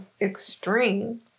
extreme